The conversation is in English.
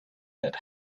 that